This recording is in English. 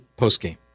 postgame